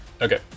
okay